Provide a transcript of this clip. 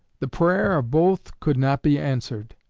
the prayer of both could not be answered.